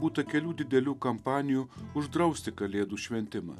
būta kelių didelių kampanijų uždrausti kalėdų šventimą